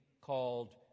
called